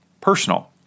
personal